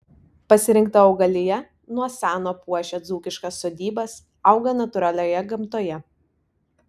pasirinkta augalija nuo seno puošia dzūkiškas sodybas auga natūralioje gamtoje